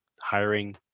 hiring